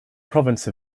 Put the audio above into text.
province